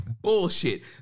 Bullshit